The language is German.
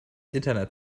internet